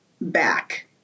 back